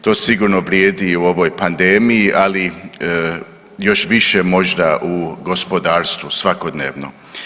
To sigurno vrijedi i u ovoj pandemiji, ali još više možda u gospodarstvu svakodnevno.